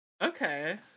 Okay